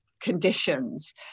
conditions